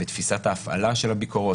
בתפיסת הפעלה של הביקורות,